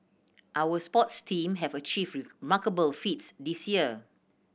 our sports team have achieved remarkable feats this year